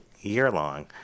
year-long